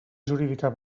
jurídica